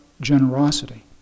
generosity